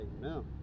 No